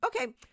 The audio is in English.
okay